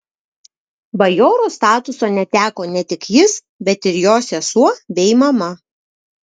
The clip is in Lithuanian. bajoro statuso neteko ne tik jis bet ir jo sesuo bei mama